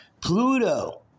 Pluto